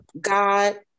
God